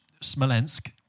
Smolensk